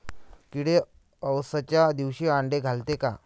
किडे अवसच्या दिवशी आंडे घालते का?